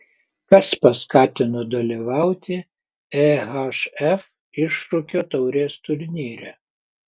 kas paskatino dalyvauti ehf iššūkio taurės turnyre